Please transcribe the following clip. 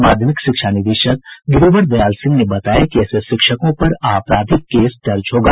माध्यमिक शिक्षा निदेशक गिरिवर दयाल सिंह ने बताया कि ऐसे शिक्षकों पर आपराधिक केस दर्ज होगा